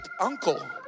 uncle